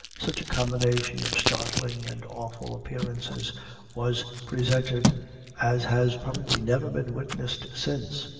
such a combination of startling and awful appearances was presented as has probably never been witnessed since.